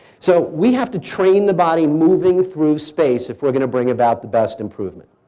so we have to train the body moving through space if we're going to bring about the best improvement.